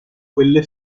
quelle